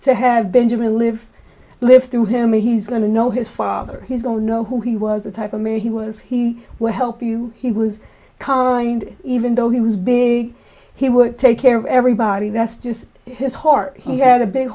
to have benjamin live live through him he's going to know his father his own know who he was the type of man he was he will help you he was even though he was big he would take care of everybody that's just his heart he had a